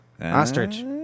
Ostrich